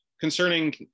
concerning